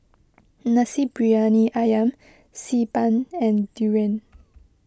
Nasi Briyani Ayam Xi Ban and Durian